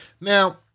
Now-